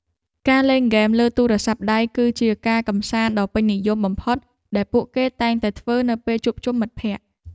ការលេងហ្គេមលើទូរស័ព្ទដៃគឺជាការកម្សាន្តដ៏ពេញនិយមបំផុតដែលពួកគេតែងតែធ្វើនៅពេលជួបជុំមិត្តភក្តិ។